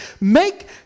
make